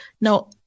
Now